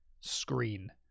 screen